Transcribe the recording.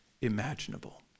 imaginable